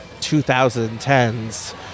2010s